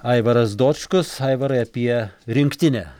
aivaras dočkus aivarai apie rinktinę